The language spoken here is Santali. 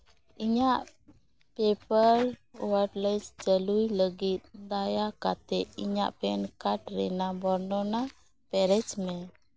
ᱤᱧᱟᱹᱜ ᱯᱮᱡᱟᱯᱚᱯ ᱚᱣᱟᱞᱮᱴ ᱪᱟᱹᱞᱩᱭ ᱞᱟᱹᱜᱤᱫ ᱫᱟᱭᱟ ᱠᱟᱛᱮᱫ ᱤᱧᱟᱹᱜ ᱯᱮᱱ ᱠᱟᱨᱰ ᱨᱮᱭᱟᱜ ᱵᱚᱨᱱᱚᱱᱟ ᱯᱮᱨᱮᱡ ᱢᱮ